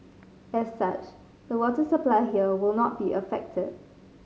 as such the water supply here will not be affected